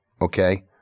Okay